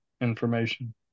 information